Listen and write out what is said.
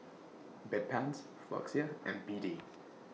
Bedpans Floxia and B D